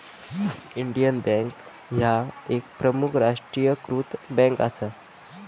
Indian bank ह्या एक प्रमुख राष्ट्रीयीकृत बँक असा